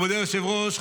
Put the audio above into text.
מכובדי היושב-ראש,